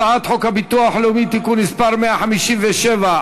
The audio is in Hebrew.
הצעת חוק הביטוח הלאומי (תיקון מס' 157),